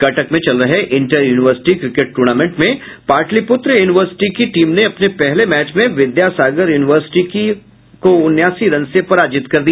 कटक में चल रहे इंटर यूनिवर्सिटी क्रिकेट टूर्नामेंट में पाटलिपुत्र यूनिवर्सिटी की टीम ने अपने पहले मैच में विद्यासागर यूनिवर्सिटी को उनासी रन से पराजित किया